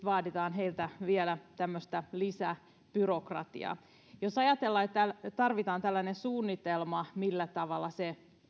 vaaditaan heiltä vielä tämmöistä lisäbyrokratiaa jos ajatellaan että tarvitaan tällainen suunnitelma millä tavalla se